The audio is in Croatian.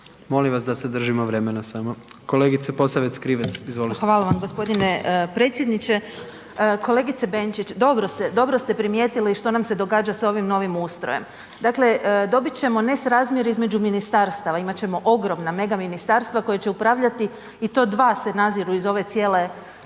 Molim vas da se držimo vremena samo. Kolegice Posavec Krivec, izvolite. **Posavec Krivec, Ivana (SDP)** Hvala vam g. predsjedniče. Kolegice Benčić, dobro ste primijetili što nam se događa s ovim novim ustrojem. Dakle, dobit ćemo nesrazmjer između ministarstava, imat ćemo ogromna mega ministarstva koja će upravljati i do dva se naziru iz ove cijele